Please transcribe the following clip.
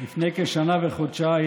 לפני כשנה וחודשיים,